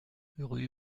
rue